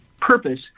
purpose